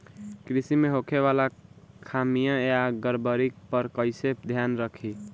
कृषि में होखे वाला खामियन या गड़बड़ी पर कइसे ध्यान रखि?